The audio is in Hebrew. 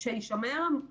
אנחנו אמורים לחזור